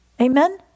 Amen